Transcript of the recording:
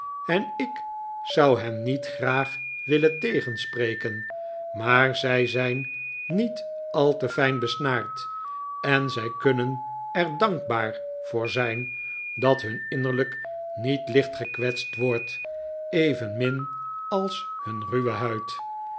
en ik zou hen niet graag willen tegenspreken maar zij zijn niet al te fijn besnaard en zij kunnen er dankbaar voor zijn dat hun innerlijk niet licht gekwetst wordt evenmin als hun ruwe huid